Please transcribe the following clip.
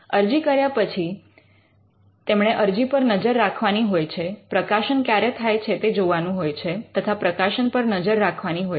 અરજી કર્યા પછી તેમણે અરજી પર નજર રાખવાની હોય છે પ્રકાશન ક્યારે થાય છે તે જોવાનું હોય છે તથા પ્રકાશન પર નજર રાખવાની હોય છે